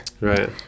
Right